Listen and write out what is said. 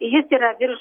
jis yra virš